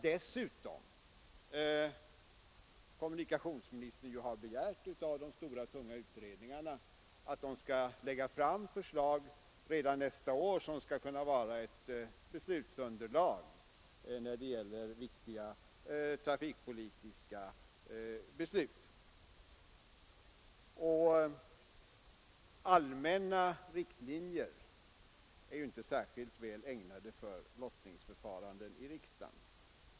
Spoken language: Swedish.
Dessutom har kommunikationsministern begärt av de tunga utredningarna att de redan nästa år skall lägga fram förslag som skall kunna fungera som underlag för viktiga trafikpolitiska beslut. Och dessutom är ju allmänna riktlinjer inte särskilt väl ägnade för lottningsförfaranden i riksdagen.